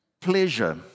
Pleasure